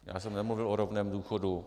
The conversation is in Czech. Já jsem nemluvil o rovném důchodu.